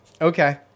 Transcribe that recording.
Okay